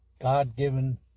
God-given